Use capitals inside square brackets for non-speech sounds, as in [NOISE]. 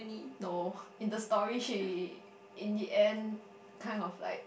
no [BREATH] in the story she in the end kind of like